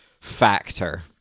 factor